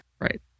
Right